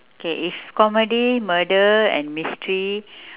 okay if comedy murder and mystery